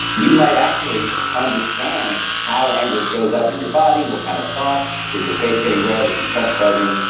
you might actually understand how anger shows up in your body. what kind of thoughts? is your face getting red? is your chest buzzing?